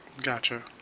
gotcha